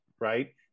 right